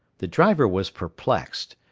the driver was perplexed.